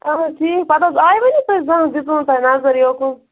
اَہَن حظ ٹھیٖک پَتہٕ حظ آیوٕے نہٕ تُہۍ زانٛہہ دِژوٕ نہٕ تۄہہِ نظر یوٚکُن